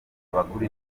abagura